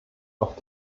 auf